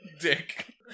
Dick